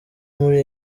muri